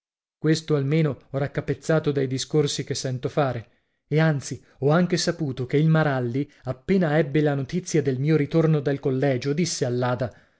questo almeno ho raccapezzato dai discorsi che sento fare e anzi ho anche saputo che il maralli appena ebbe la notizia del mio ritorno dal collegio disse